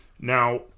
Now